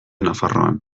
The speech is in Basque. nafarroan